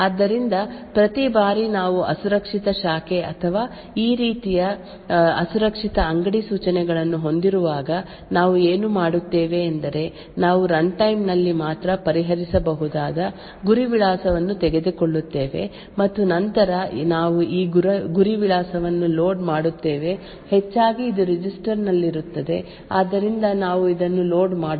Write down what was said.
ಆದ್ದರಿಂದ ಪ್ರತಿ ಬಾರಿ ನಾವು ಅಸುರಕ್ಷಿತ ಶಾಖೆ ಅಥವಾ ಈ ರೀತಿಯ ಅಸುರಕ್ಷಿತ ಅಂಗಡಿ ಸೂಚನೆಗಳನ್ನು ಹೊಂದಿರುವಾಗ ನಾವು ಏನು ಮಾಡುತ್ತೇವೆ ಎಂದರೆ ನಾವು ರನ್ಟೈಮ್ ನಲ್ಲಿ ಮಾತ್ರ ಪರಿಹರಿಸಬಹುದಾದ ಗುರಿ ವಿಳಾಸವನ್ನು ತೆಗೆದುಕೊಳ್ಳುತ್ತೇವೆ ಮತ್ತು ನಂತರ ನಾವು ಈ ಗುರಿ ವಿಳಾಸವನ್ನು ಲೋಡ್ ಮಾಡುತ್ತೇವೆ ಹೆಚ್ಚಾಗಿ ಇದು ರಿಜಿಸ್ಟರ್ ನಲ್ಲಿರುತ್ತದೆ ಆದ್ದರಿಂದ ನಾವು ಇದನ್ನು ಲೋಡ್ ಮಾಡುತ್ತೇವೆ